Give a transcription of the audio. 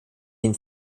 den